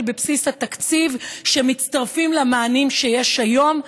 בבסיס התקציב שמתווספים למענים שיש היום.